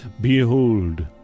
behold